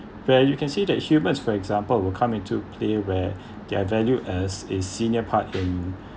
where you can see that humans for example will come into play where their value as a senior part in